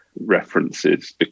references